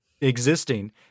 existing